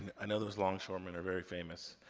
i know those longshoremen are very famous.